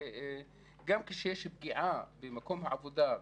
וגם יש פגיעה במקום העבודה,